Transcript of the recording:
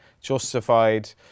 Justified